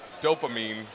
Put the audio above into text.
dopamine